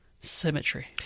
Symmetry